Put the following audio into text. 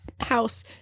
house